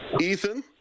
Ethan